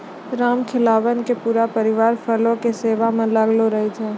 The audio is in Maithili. रामखेलावन के पूरा परिवार फूलो के सेवा म लागलो रहै छै